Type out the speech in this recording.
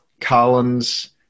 Collins